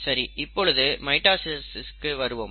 சரி இப்பொழுது மைட்டாசிஸ்க்கு வருவோம்